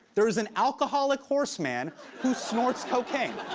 there's an alcoholic horse-man who snorts cocaine.